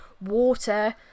water